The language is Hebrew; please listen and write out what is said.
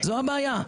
זו הבעיה.